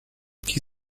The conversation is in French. qui